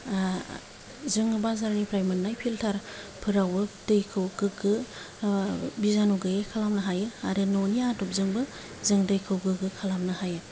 जोङो बाजारनिफ्राय मोननाय फिल्टारफोरावबो दैखौ गोगो बिजानु गैयि खालामनो हायो आरो न'नि आदबजोंबो जों गोगो खालामनो हायो